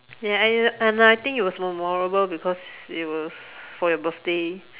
ya and I and I think it was memorable because it was for your birthday